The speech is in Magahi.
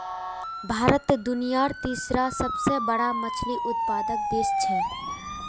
भारत दुनियार तीसरा सबसे बड़ा मछली उत्पादक देश छे